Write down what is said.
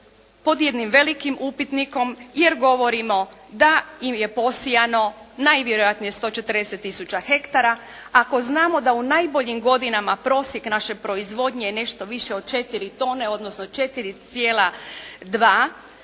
pod jednim velikim upitnikom jer govorimo da im je posijano najvjerojatnije 140 tisuća hektara ako znamo da u najboljim godinama prosjek naše proizvodnje je nešto više od 4 tone, odnosno 4,2.